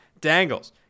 Dangles